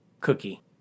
cookie